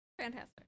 Fantastic